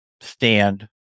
stand